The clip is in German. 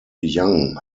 young